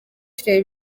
tureba